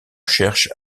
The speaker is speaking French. cherchent